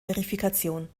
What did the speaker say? verifikation